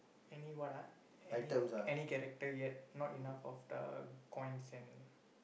any what ah any character yet not enough of the coins and